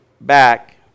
back